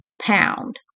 pound